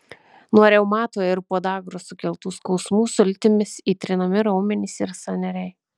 nuo reumato ir podagros sukeltų skausmų sultimis įtrinami raumenys ir sąnariai